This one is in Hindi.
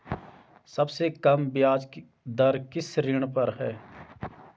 सबसे कम ब्याज दर किस ऋण पर है?